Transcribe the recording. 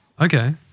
Okay